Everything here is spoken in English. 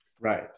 Right